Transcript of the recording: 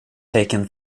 taken